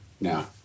now